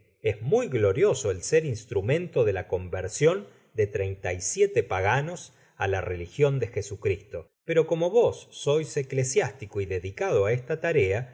es muy glorioso el ser el instrumento de la conversion de treinta y siete paganos á la religion de jesucristo pero como vos sois eclesiástico y dedicado á esta tarea